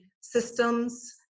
systems